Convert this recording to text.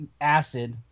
acid